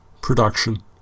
production